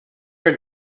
are